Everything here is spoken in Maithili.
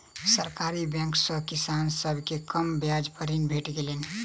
सरकारी बैंक सॅ किसान सभ के कम ब्याज पर ऋण भेट गेलै